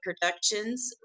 Productions